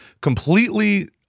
completely